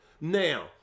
Now